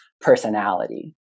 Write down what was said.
personality